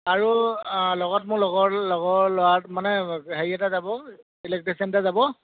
আৰু লগত মোৰ লগৰ লগৰ ল'ৰা মানে হেৰি এটা যাব ইলেক্ট্ৰিচিয়ান এটা যাব